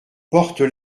portes